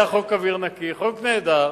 היה חוק אוויר נקי, חוק נהדר,